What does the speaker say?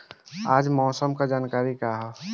आज मौसम के जानकारी का ह?